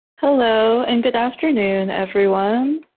hello, and good afternoon, everyone.